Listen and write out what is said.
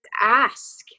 ask